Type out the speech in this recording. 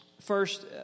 first